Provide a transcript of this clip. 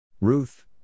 Ruth